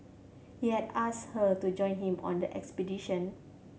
he had asked her to join him on the expedition